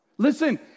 Listen